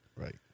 Right